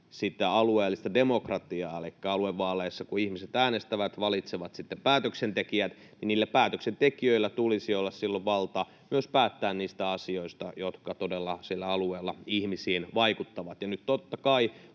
alueellista demokratiaa... Elikkä kun aluevaaleissa ihmiset äänestävät, valitsevat sitten päätöksentekijät, niin niillä päätöksentekijöillä tulisi olla silloin myös valta päättää niistä asioista, jotka todella sillä alueella ihmisiin vaikuttavat.